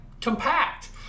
compact